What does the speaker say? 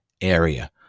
area